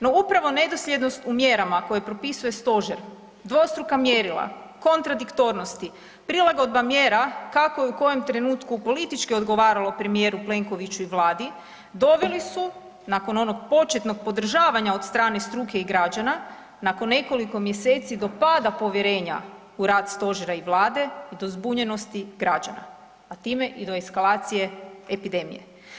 No upravo nedosljednost u mjerama koje propisuje stožer, dvostruka mjerila, kontradiktornosti, prilagodba mjera kako i u kojem trenutku politički odgovaralo premijeru Plenkoviću i Vladi, doveli su nakon onog početnog podržavanja od strane struke i građana, nakon nekoliko mjeseci do pada povjerenja u rad stožera i Vlade i do zbunjenosti građana, a time i do eskalacije epidemije.